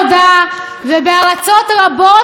ובארצות רבות מאוד,